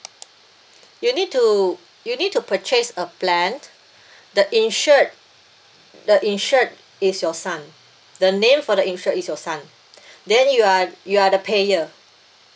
you need to you need to purchase a plan the insured the insured is your son the name for the insured is your son then you are you are the payer